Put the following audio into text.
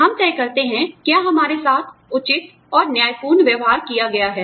और हम तय करते हैं क्या हमारे साथ उचित और न्यायपूर्ण व्यवहार किया गया है